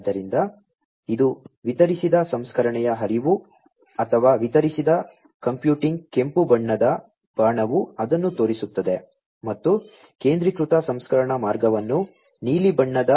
ಆದ್ದರಿಂದ ಇದು ವಿತರಿಸಿದ ಸಂಸ್ಕರಣೆಯ ಹರಿವು ಅಥವಾ ವಿತರಿಸಿದ ಕಂಪ್ಯೂಟಿಂಗ್ ಕೆಂಪು ಬಣ್ಣದ ಬಾಣವು ಅದನ್ನು ತೋರಿಸುತ್ತದೆ ಮತ್ತು ಕೇಂದ್ರೀಕೃತ ಸಂಸ್ಕರಣಾ ಮಾರ್ಗವನ್ನು ನೀಲಿ ಬಣ್ಣದ ಬಾಣದ ಮೂಲಕ ತೋರಿಸಲಾಗುತ್ತದೆ